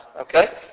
Okay